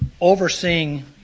overseeing